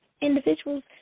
individuals